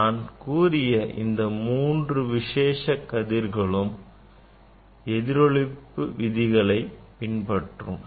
நான் கூறிய இந்த மூன்று விசேஷ கதிர்களும் எதிரொளிப்பு விதிகளை பின்பற்றும்